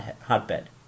hotbed